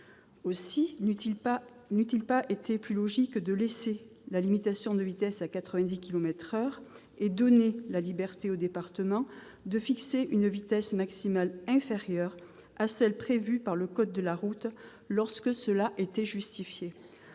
Aussi, n'aurait-il pas été plus logique de laisser la limitation de vitesse à 90 kilomètres par heure et donner la liberté aux départements de fixer une vitesse maximale inférieure à celle qui est prévue par le code de la route, lorsque les circonstances